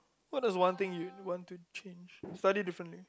what is one thing you want to change slightly different thing